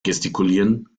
gestikulieren